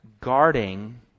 guarding